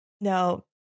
no